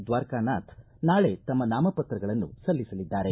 ದ್ವಾರಕಾನಾಥ್ ನಾಳೆ ತಮ್ಮ ನಾಮಪತ್ರಗಳನ್ನು ಸಲ್ಲಿಸಲಿದ್ದಾರೆ